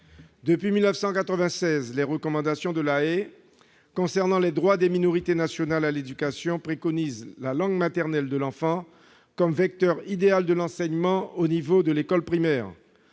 Depuis 1996, les recommandations de La Haye concernant les droits des minorités nationales à l'éducation préconisent l'emploi de la langue maternelle de l'enfant comme vecteur idéal de l'enseignement au niveau de l'école primaire.